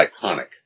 iconic